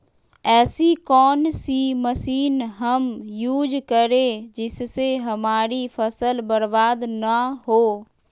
ऐसी कौन सी मशीन हम यूज करें जिससे हमारी फसल बर्बाद ना हो?